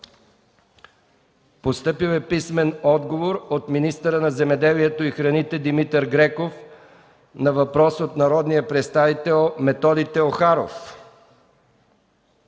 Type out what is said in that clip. представител Мая Манолова; - министъра на земеделието и храните Димитър Греков на въпрос от народния представител Методи Теохаров;